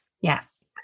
Yes